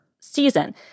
season